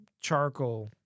charcoal